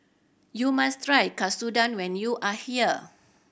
you must try Katsudon when you are here